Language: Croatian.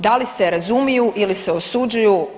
Da li se razumiju ili se osuđuju?